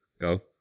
go